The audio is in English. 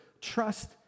Trust